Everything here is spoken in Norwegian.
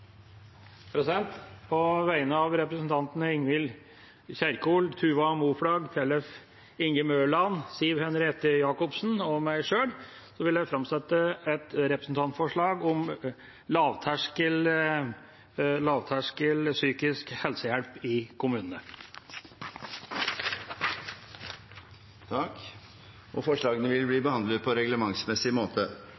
På vegne av representantene Ingvild Kjerkol, Tuva Moflag, Tellef Inge Mørland, Siv Henriette Jacobsen og meg sjøl vil jeg framsette et representantforslag om lavterskel psykisk helsehjelp i kommunene. Forslagene vil bli